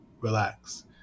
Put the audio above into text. relax